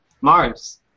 Mars